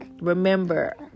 Remember